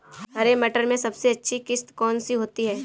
हरे मटर में सबसे अच्छी किश्त कौन सी होती है?